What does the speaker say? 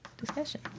discussion